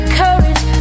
courage